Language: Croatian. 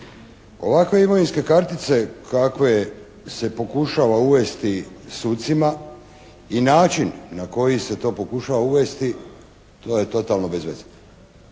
Ovakve imovinske kartice kakve se pokušava uvesti sucima i način na koji se to pokušava uvesti to je totalno bez veze.